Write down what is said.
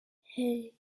hey